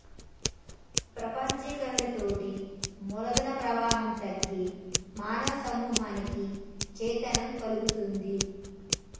ప్రపంచీకరణతోటి మూలధన ప్రవాహం తగ్గి మానవ సమూహానికి చైతన్యం గల్గుతుంది